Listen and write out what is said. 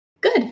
Good